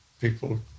people